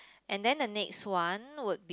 and then the next one would